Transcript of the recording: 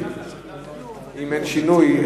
אם אין שינוי,